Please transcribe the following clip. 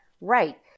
right